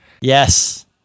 Yes